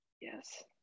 yes